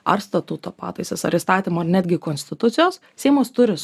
ar statuto pataisas ar įstatymo netgi konstitucijos seimas turi